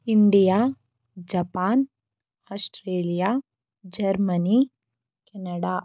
India Japan Australia Germany Canada